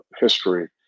history